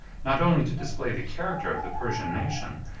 not only to display the character of the persian nation,